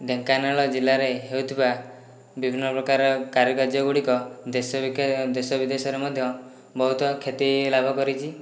ଢେଙ୍କାନାଳ ଜିଲ୍ଲାରେ ହେଉଥିବା ବିଭିନ୍ନ ପ୍ରକାର କାରୁକାର୍ଯ୍ୟ ଗୁଡ଼ିକ ଦେଶ ବିଖ୍ୟା ଦେଶ ବିଦେଶରେ ମଧ୍ୟ ବହୁତ ଖ୍ୟାତି ଲାଭ କରିଛି